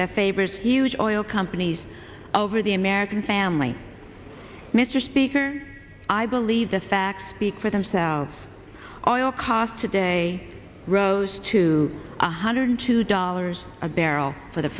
that favors huge oil companies over the american family mr speaker i believe the facts speak for themselves all cost today rose to one hundred two dollars a barrel for the